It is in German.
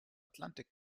atlantik